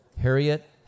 Harriet